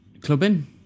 clubbing